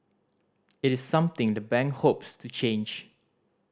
it is something the bank hopes to change